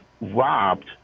robbed